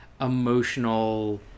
emotional